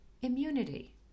Immunity